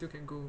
you can go